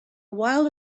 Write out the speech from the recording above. while